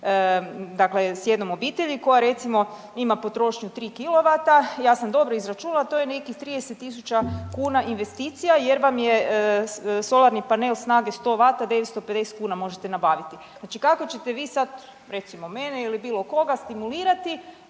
dakle s jednom obitelji koja recimo ima potrošnju 3 kilovata, ja sam dobro izračunala to je nekih 30.000 kuna investicija jer vam je solarni panel snage 100 vata 950 kuna možete nabaviti. Znači kako ćete vi sad recimo mene ili bilo koga stimulirati